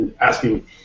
asking